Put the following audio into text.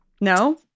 no